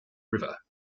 river